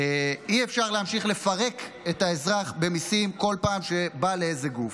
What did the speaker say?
אי-אפשר להמשיך לפרק את האזרח במיסים בכל פעם שבא לאיזה גוף.